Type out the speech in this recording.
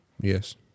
Yes